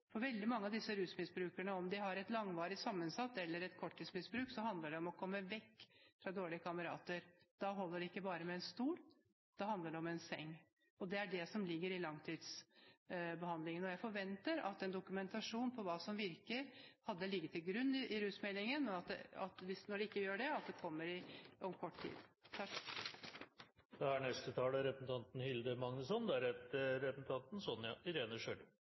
For veldig mange av disse rusmisbrukerne – om de har et langvarig sammensatt misbruk eller et korttidsmisbruk – handler det om å komme vekk fra dårlige kamerater. Da holder det ikke bare med en stol. Det handler om en seng. Det er det som ligger i langtidsbehandlingen. Jeg forventet at en dokumentasjon på hva som virker, hadde ligget til grunn i rusmeldingen – og når det ikke gjør det, at den da kommer om kort tid.